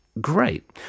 Great